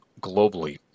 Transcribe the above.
globally